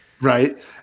Right